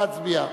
נא להצביע.